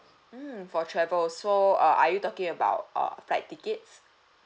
mm for travel so uh are you talking about uh flight tickets